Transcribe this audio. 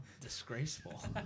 disgraceful